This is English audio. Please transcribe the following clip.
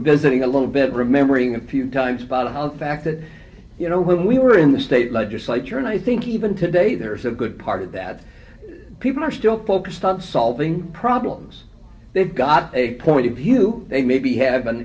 visiting a little bit remembering a few times by the fact that you know when we were in the state legislature and i think even today there is a good part of that people are still focused on solving problems they've got a point of view they maybe have an